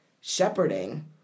shepherding